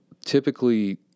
typically